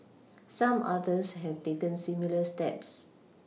some others have taken similar steps